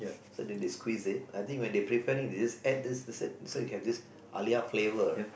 so then they squeeze it I think when preparing ths they add this so you this there's this halia flavor